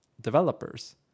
developers